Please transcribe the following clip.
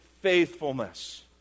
faithfulness